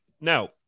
now